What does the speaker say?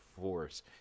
force